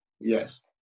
Yes